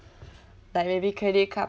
like maybe credit card